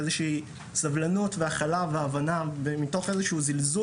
איזה שהיא סבלנות והכלה והבנה ומתוך איזה שהוא זלזול